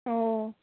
ও